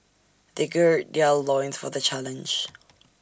they gird their loins for the challenge